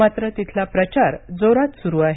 मात्र तिथला प्रचार जोरात सुरू आहे